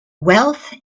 wealth